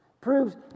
Proves